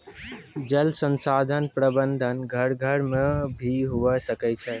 जल संसाधन प्रबंधन घर घर मे भी हुवै सकै छै